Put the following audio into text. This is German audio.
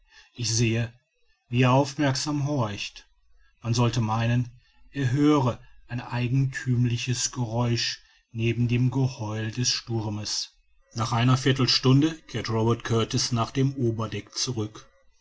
ich sehe wie er aufmerksam horcht man sollte meinen er höre ein eigenthümliches geräusch neben dem geheul des sturmes nach einer viertelstunde kehrt robert kurtis nach dem oberdeck zurück